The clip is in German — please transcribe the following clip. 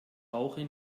rauche